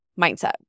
mindset